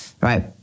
Right